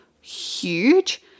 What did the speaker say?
huge